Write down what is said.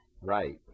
Right